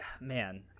Man